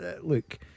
look